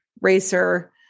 racer